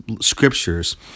scriptures